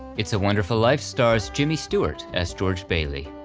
it's a wonderful life stars jimmy stewart as george bailey,